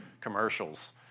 commercials